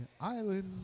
island